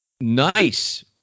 nice